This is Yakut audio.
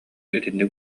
итинник